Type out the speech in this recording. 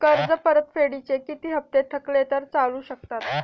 कर्ज परतफेडीचे किती हप्ते थकले तर चालू शकतात?